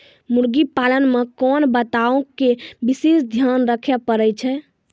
मुर्गी पालन मे कोंन बातो के विशेष ध्यान रखे पड़ै छै?